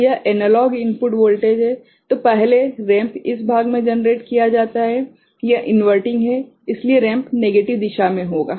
तो यह analogue input voltage है तो पहले रैंप इस भाग मे जनरेट किया जाता है यह इन्वर्टिंग है इसलिए रैंप नेगेटिव दिशा में होगा